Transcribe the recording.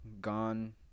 gone